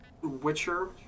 Witcher